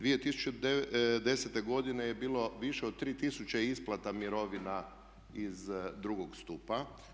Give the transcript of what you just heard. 2010. godine je bilo više od 3000 isplata mirovina iz drugog stupa.